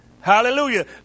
Hallelujah